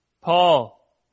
Paul